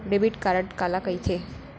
Debit card काला कहिथे?